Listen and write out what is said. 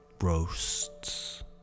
roasts